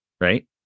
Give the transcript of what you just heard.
right